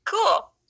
Cool